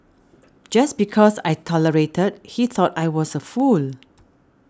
just because I tolerated he thought I was a fool